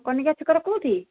କନିକା ଛକର କେଉଁଠି